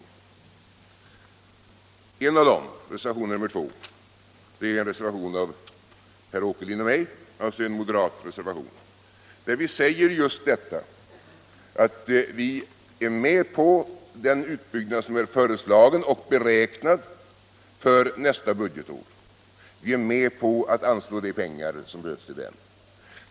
I en av dessa — reservationen 2 av herr Åkerlind och mig, alltså en moderatreservation — säger vi att vi är med på den utbyggnad som är föreslagen och beräknad för nästa budgetår: Vi är med på att anslå de pengar som behövs för den utbyggnaden.